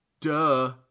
Duh